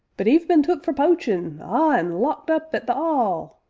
but e've been took for poachin, ah! an' locked up at the all